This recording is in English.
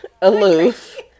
aloof